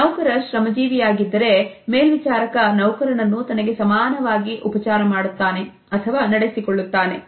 ನೌಕರ ಶ್ರಮಜೀವಿ ಆಗಿದ್ದರೆ ಮೇಲ್ವಿಚಾರಕ ನೌಕರನನ್ನು ತನಗೆ ಸಮಾನವಾಗಿ ಉಪಚಾರ ಮಾಡುತ್ತಾನೆ ಅಥವಾ ನಡೆಸಿಕೊಳ್ಳುತ್ತಾನೆ